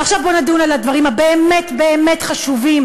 עכשיו בואו נדון בדברים הבאמת-באמת חשובים,